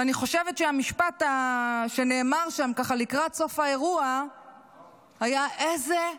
ואני חושבת שהמשפט שנאמר שם לקראת סוף האירוע היה: אשרינו,